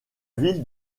ville